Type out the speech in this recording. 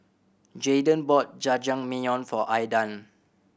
Jaydan bought Jajangmyeon for Aydan